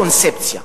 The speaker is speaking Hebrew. הקונספציה,